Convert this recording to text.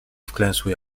wklęsły